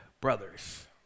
brothers